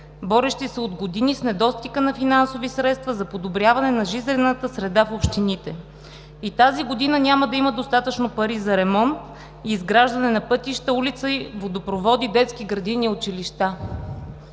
борещи се от години с недостига от финансови средства за подобряване на жизнената среда в общините. И тази година няма да има достатъчно пари за ремонт, изграждане на пътища, улици, водопроводи, детски градини, училища.